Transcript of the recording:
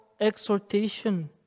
exhortation